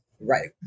Right